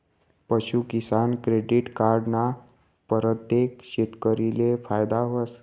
पशूकिसान credit card ना परतेक शेतकरीले फायदा व्हस